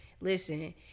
listen